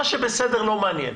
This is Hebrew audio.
מה שבסדר לא מעניין,